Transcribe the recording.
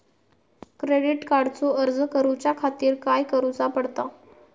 Credit कार्डचो अर्ज करुच्या खातीर काय करूचा पडता?